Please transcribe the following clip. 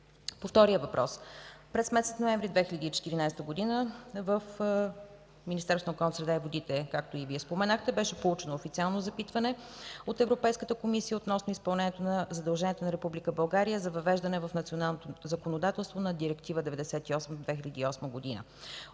По втория въпрос, през месец ноември 2014 г. в Министерството на околната среда и водите, както и Вие споменахте, беше получено официално запитване от Европейската комисия относно изпълнението на задълженията на Република България за въвеждане в националното законодателство на Директива 98/2008 относно